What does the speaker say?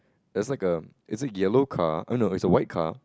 there's like a is a yellow car oh no it's a white car